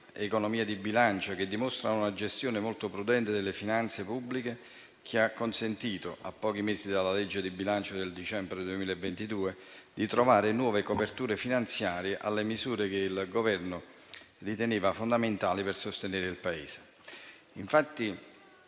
economie di bilancio che dimostrano la gestione molto prudente delle finanze che ha consentito, a pochi mesi dalla legge di bilancio del dicembre 2022, di trovare nuove coperture finanziarie alle misure che il Governo riteneva fondamentali per sostenere il Paese. Pesano